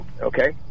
okay